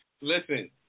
listen